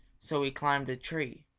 so he climbed a tree.